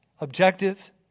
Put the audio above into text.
Objective